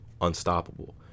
unstoppable